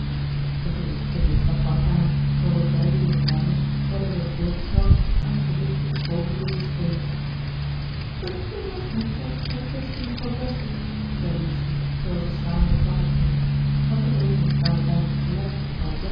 de gewichtige dinsdag brak aan waarop beide jonge dames zouden worden voorgesteld aan de geduchte schoonmoeder in spe beklaag mij toch mijn beste juffrouw dashwood zei lucy terwijl ze samen de trap opgingen want de middletons kwamen bijna tegelijk